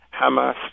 Hamas